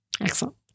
Excellent